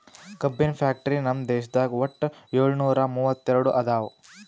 ಕಬ್ಬಿನ್ ಫ್ಯಾಕ್ಟರಿ ನಮ್ ದೇಶದಾಗ್ ವಟ್ಟ್ ಯೋಳ್ನೂರಾ ಮೂವತ್ತೆರಡು ಅದಾವ್